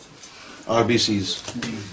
RBCs